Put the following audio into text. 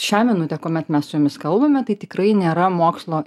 šią minutę kuomet mes su jumis kalbame tai tikrai nėra mokslo